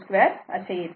52 असे येते